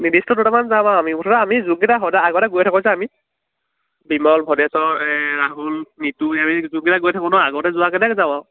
নিৰ্দিষ্ট দুটামান যাম আৰু আমি মুঠতে আমি যোনকেইটা সদায় আগতে গৈ থাকো যে আমি বিমল ভদেশ্বৰ এই ৰাহুল নিতু আমি যোনকেইটা গৈ থাকোঁ নহ্ আগতে যোৱাকেইটাই যাও আৰু